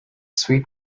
sweet